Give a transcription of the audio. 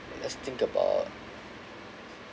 let's think about